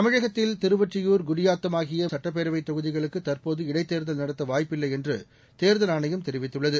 தமிழகத்தில் திருவொற்றியூர் குடியாத்தம் ஆகிய சட்டப்பேரவைத் தொகுதிகளுக்கு தற்போது இடைத்தேர்தல் நடத்த வாய்ப்பு இல்லை என்று தேர்தல் ஆணையம் தெரிவித்துள்ளது